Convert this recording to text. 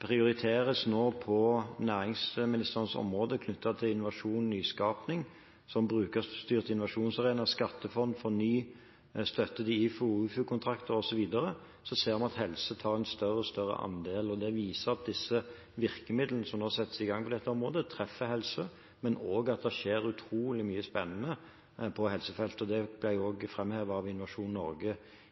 prioriteres nå på næringsministerens område knyttet til innovasjon og nyskaping, som brukerstyrt innovasjon, skattefond for ny støtte til IFO- og OFU-kontrakter, osv., tar helse en større og større andel. Det viser at disse virkemidlene som nå settes i gang på dette området, treffer helse, men også at det skjer utrolig mye spennende på helsefeltet. Det ble også framhevet av Innovasjon Norge